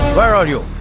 where are you?